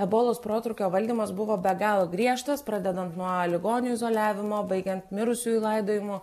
ebolos protrūkio valdymas buvo be galo griežtas pradedant nuo ligonių izoliavimo baigiant mirusiųjų laidojimo